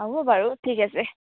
হ'ব বাৰু ঠিক আছে